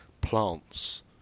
plants